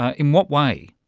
ah in what way?